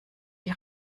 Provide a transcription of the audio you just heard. die